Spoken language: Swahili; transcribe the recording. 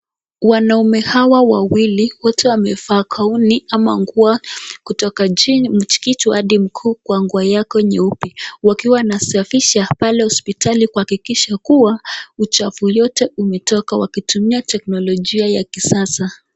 Wanaume hawa wawili wote wamevaa gauni ama nguo kutoka juu mchikichi hadi mguu kwa nguo yake nyeupe wakiwa nasafiaha pale hospitali kuhakikisha kua uchafu yote umetoka wakitumia teknolojia ya kisasa.